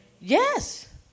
Yes